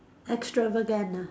extravagant ah